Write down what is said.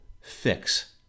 fix